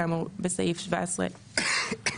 כאמור בסעיף 17(א)(2)